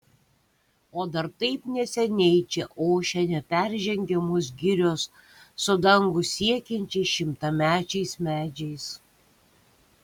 o dar taip neseniai čia ošė neperžengiamos girios su dangų siekiančiais šimtamečiais medžiais